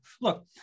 Look